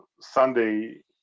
Sunday